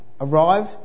arrive